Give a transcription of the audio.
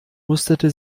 musterte